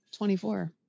24